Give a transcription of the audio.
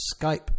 skype